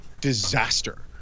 disaster